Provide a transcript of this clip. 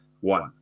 One